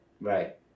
Right